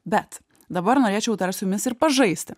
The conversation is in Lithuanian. bet dabar norėčiau dar su jumis ir pažaisti